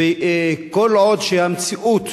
כל עוד המציאות